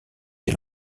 des